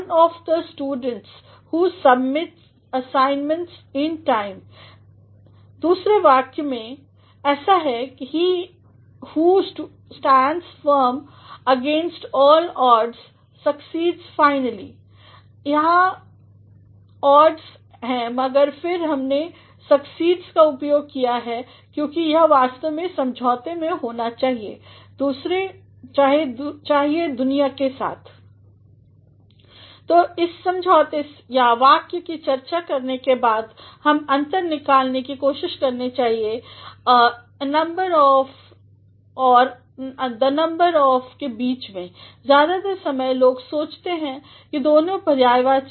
The second sentence again like this he who stands firm against all odds succeed finally here odds is there but then we have made use of succeeds because it actually should be in agreement with theworldhe दूसरा वाक्य फिर ऐसा है he who stands firm against all odds succeed finally यहाँ odds हैं मगर फिर हमने सक्सीड्स का उपयोग किया है क्योंकि यह वास्तव में समझौते में होना चाहिए दुनिया ही के साथ तो इस समझौते या वाक्यकी चर्चा करने के बाद हमेंअंतर निकालनेकी कोशिश करनी चाहिए अ नंबर ऑफ़ और द नंबर ऑफ़ के बीच में ज्यादातर समय लोग सोचते हैं कि दोनों पर्यायवाची हैं